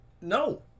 No